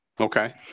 Okay